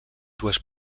dues